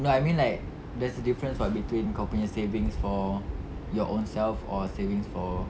no I mean like there's a difference [what] between kau nya savings for your own self savings for